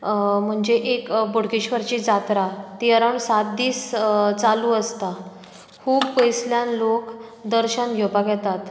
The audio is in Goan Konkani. म्हणजे एक बोडगेश्वरची जात्रा ते अरावंड सात दीस चालू आसता खूब पयसुल्यान लोक दर्शन घेवपाक येतात